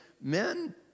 men